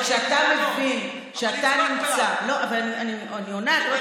ההקשר הוא כשאתה מבין שאתה נמצא, אבל הצבעת